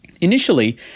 Initially